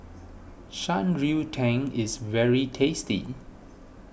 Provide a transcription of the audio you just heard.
Shan Rui Tang is very tasty